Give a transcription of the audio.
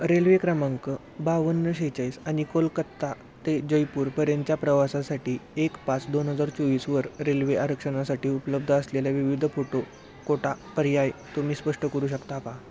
railway क्रमांक बावन्न सेहेचाळीस आणि कोलकत्ता ते जयपूरपर्यंतच्या प्रवासासाठी एक पाच दोन हजार चोवीसवर रेल्वे आरक्षणासाठी उपलब्ध असलेल्या विविध फोटो कोटा पर्याय तुम्ही स्पष्ट करू शकता का